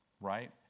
right